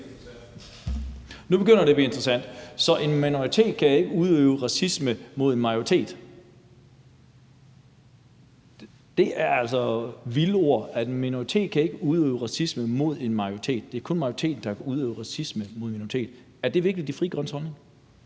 Nu begynder det at blive interessant: En minoritet kan ikke udøve racisme mod en majoritet. Det er altså vilde ord, at en minoritet ikke kan udøve racisme mod en majoritet – det er kun majoriteten, der kan udøve racisme mod en minoritet. Er det virkelig Frie Grønnes holdning?